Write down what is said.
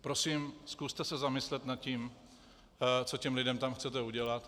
Prosím, zkuste se zamyslet nad tím, co těm lidem tam chcete udělat.